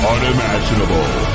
Unimaginable